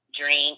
drink